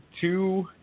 two